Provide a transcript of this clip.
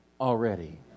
already